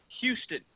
Houston